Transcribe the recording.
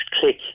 click